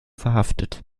verhaftet